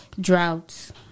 Droughts